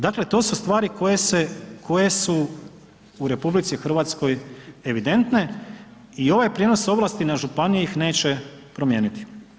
Dakle, to su stvari koje su u RH evidentne i ovaj prijenos ovlasti na županije ih neće promijeniti.